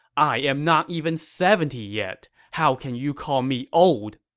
i'm not even seventy yet, how can you call me old?